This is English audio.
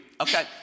Okay